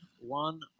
one